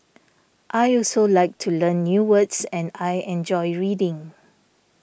I also like to learn new words and I enjoy reading